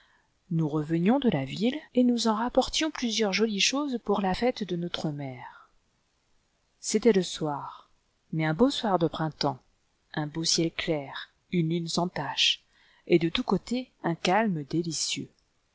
nous revenions de la ville et nous en rapportions plusieurs jolies choses pour la fête de notre mère c'était le soir mais un beau soir de printemps un beau ciel clair une lune sans tache et de tout côté un calme délicieux